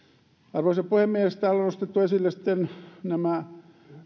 arvoisa puhemies täällä on nostettu esille nämä